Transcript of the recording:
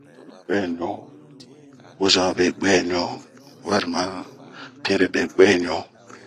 Buɛɲu, wozoma be buɛɲu ,warima pinre be buɛɲu.